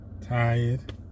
Tired